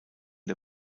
der